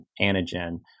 antigen